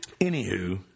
anywho